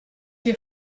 wir